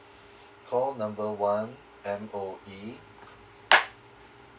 call number one M_O_E